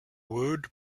wood